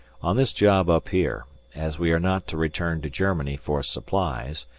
on this job up here, as we are not to return to germany for supplies,